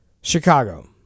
chicago